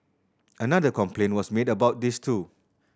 another complaint was made about this too